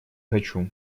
хочу